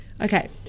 Okay